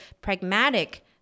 pragmatic